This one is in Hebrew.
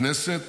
הכנסת,